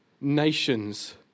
nations